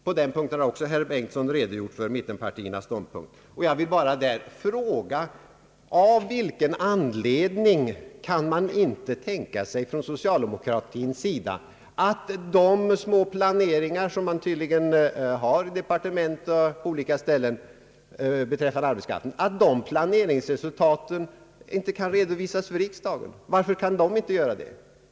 På den punkten har herr Bengtson också redogjort för mittenpartiernas ståndpunkt, och jag vill bara fråga: Av vilken anledning kan socialdemokratin inte tänka sig att den lilla planering som tydligen ändå sker i departement och på andra ställen redovisas för riksdagen?